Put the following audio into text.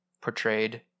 portrayed